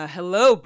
Hello